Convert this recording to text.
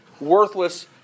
worthless